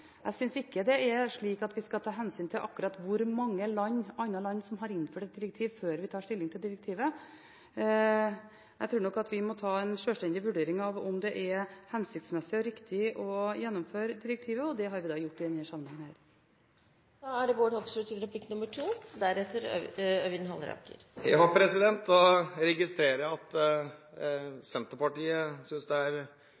Jeg synes ikke vi skal ta hensyn til akkurat hvor mange andre land som har innført et direktiv, før vi tar stilling til direktivet. Jeg tror nok vi må ta en sjølstendig vurdering av om det er hensiktsmessig og riktig å gjennomføre direktivet, og det har vi gjort i denne sammenhengen. Da registrerer jeg at